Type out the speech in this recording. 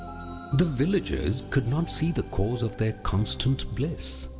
the villagers could not see the cause of their constant bliss